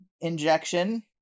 injection